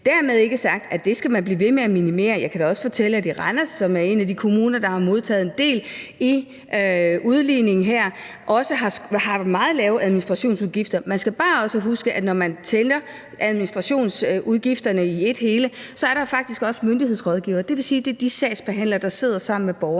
Dermed ikke sagt, at man ikke skal blive ved med at minimere det, og jeg kan da også fortælle, at i Randers Kommune, som er en af de kommuner, der har modtaget en del i udligning her, har man også meget lave administrationsudgifter. Man skal bare også huske, at når man tæller administrationsudgifterne i ét hele, er der faktisk også myndighedsrådgivere, dvs. de sagsbehandlere, der sidder sammen med borgerne